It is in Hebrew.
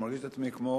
אני מרגיש את עצמי כמו,